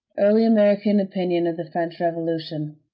early american opinion of the french revolution.